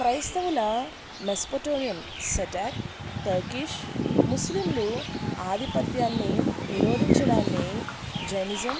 క్రైస్తవుల మెస్పోటోమియం సెటాక్ టర్కీష్ ముస్లింలు ఆధిపత్యాన్ని నిరోధించడాన్ని జైనిజం